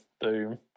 boom